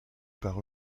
par